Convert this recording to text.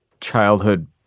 childhood